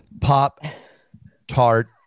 Pop-Tart